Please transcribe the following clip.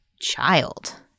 child